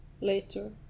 Later